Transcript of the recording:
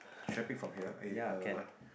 should I pick from here eh uh